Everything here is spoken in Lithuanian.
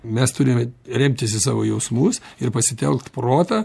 mes turime remtis į savo jausmus ir pasitelkt protą